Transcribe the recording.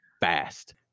fast